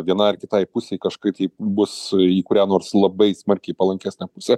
vienai ar kitai pusei kažkaip taip bus į kurią nors labai smarkiai palankesnę pusę